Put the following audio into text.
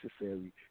necessary